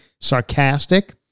sarcastic